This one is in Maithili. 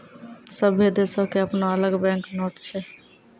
सभ्भे देशो के अपनो अलग बैंक नोट छै